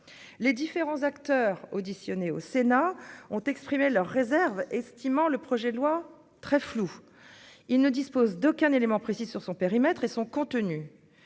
les différents acteurs auditionnés au Sénat ont exprimé leurs réserves, estimant le projet de loi très flou, il ne dispose d'aucun élément précis sur son périmètre et son contenu